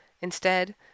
Instead